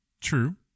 True